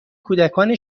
کودکان